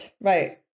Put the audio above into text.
right